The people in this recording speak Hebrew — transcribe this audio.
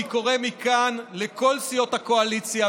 אני קורא מכאן לכל סיעות הקואליציה,